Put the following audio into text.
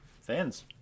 Fans